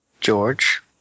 George